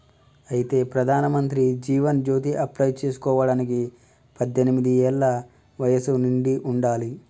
అయితే ప్రధానమంత్రి జీవన్ జ్యోతి అప్లై చేసుకోవడానికి పద్దెనిమిది ఏళ్ల వయసు నిండి ఉండాలి